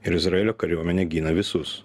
ir izraelio kariuomenė gina visus